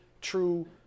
true